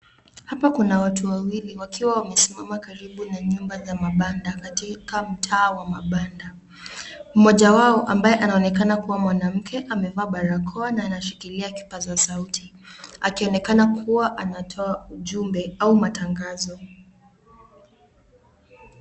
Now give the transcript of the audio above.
Hapa kuna watu wawili wakiwa wamesimama karibu na nyumba za mabanda katika mtaa wa mabanda. Mmoja wao ambaye anaonekana kuwa mwanamke amevaa barakoa na anashikilia kipaza sauti akionekana kuwa anatoa ujumbe au matangazo.